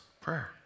Prayer